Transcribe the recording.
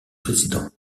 président